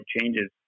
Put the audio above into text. changes